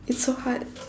it's so hard